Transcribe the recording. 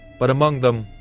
but among them,